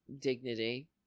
dignity